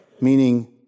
meaning